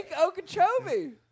Okeechobee